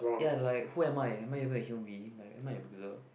ya like who am I am I even a human being like am I a loser